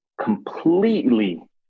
completely